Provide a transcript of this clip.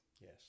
Yes